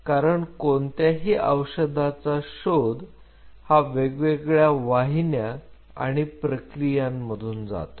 कारण कोणत्याही औषधाचा शोध हा वेगवेगळ्या वाहिन्या आणि प्रक्रियांमधून जातो